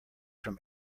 from